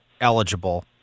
eligible